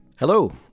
Hello